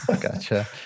Gotcha